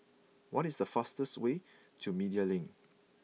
what is the fastest way to Media Link